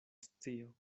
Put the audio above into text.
scio